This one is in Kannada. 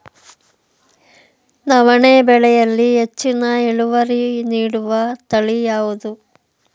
ನವಣೆ ಬೆಳೆಯಲ್ಲಿ ಹೆಚ್ಚಿನ ಇಳುವರಿ ನೀಡುವ ತಳಿ ಯಾವುದು?